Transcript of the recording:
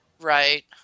Right